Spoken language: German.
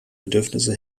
bedürfnisse